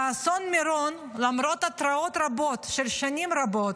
באסון מירון, למרות התראות רבות של שנים רבות,